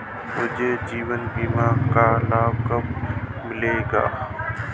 मुझे जीवन बीमा का लाभ कब मिलेगा?